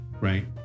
Right